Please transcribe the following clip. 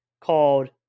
called